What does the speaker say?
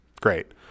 great